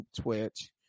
Twitch